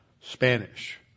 Spanish